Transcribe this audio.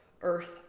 Earth